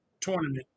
tournament